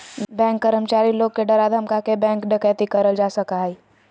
bank कर्मचारी लोग के डरा धमका के बैंक डकैती करल जा सका हय